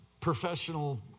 professional